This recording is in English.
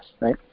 right